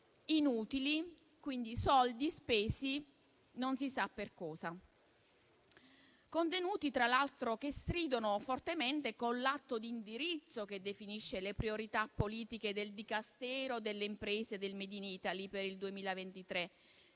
inutili: quindi, soldi spesi non si sa per cosa. I contenuti, tra l'altro, stridono fortemente con l'atto d'indirizzo che definisce le priorità politiche del Dicastero delle imprese del *made in Italy* per il 2023.